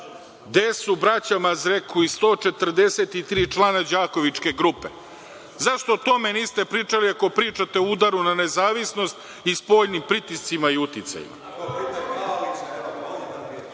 Gde su braća Mazreku i 143 člana Đakovičke grupe? Zašto o tome niste pričali, ako pričate o udaru na nezavisnost i spoljnim pritiscima i uticajima?